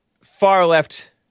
far-left